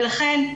ולכן,